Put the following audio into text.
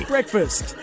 Breakfast